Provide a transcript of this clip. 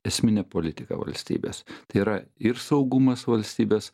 esminė politika valstybės tai yra ir saugumas valstybės